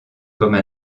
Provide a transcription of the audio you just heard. comme